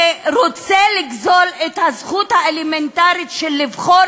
שרוצה לגזול את הזכות האלמנטרית לבחור